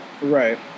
right